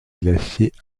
glaciers